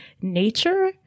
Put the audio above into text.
nature